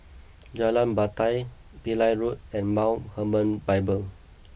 Jalan Batai Pillai Road and Mount Hermon Bible